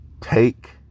take